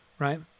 Right